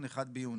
1 ביוני.